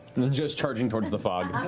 and then she goes charging towards the fog.